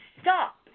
stop